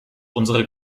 unsere